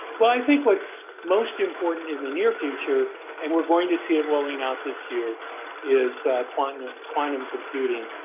well, i think what's most important in the near future and we're going to see it rolling out this year is quantum quantum computing.